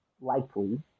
likely